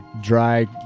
dry